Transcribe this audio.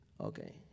Okay